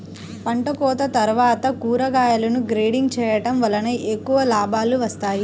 పంటకోత తర్వాత కూరగాయలను గ్రేడింగ్ చేయడం వలన ఎక్కువ లాభాలు వస్తాయి